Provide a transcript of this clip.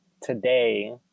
today